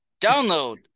download